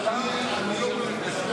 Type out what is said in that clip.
חבר הכנסת אורון,